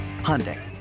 Hyundai